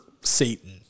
Satan